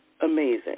amazing